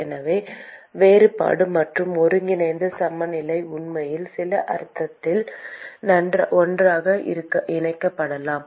எனவே வேறுபாடு மற்றும் ஒருங்கிணைந்த சமநிலை உண்மையில் சில அர்த்தத்தில் ஒன்றாக இணைக்கப்படலாம்